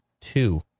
two